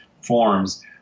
forms